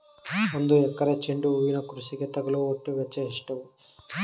ಒಂದು ಎಕರೆ ಚೆಂಡು ಹೂವಿನ ಕೃಷಿಗೆ ತಗಲುವ ಒಟ್ಟು ವೆಚ್ಚ ಎಷ್ಟು?